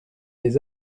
les